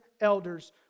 elders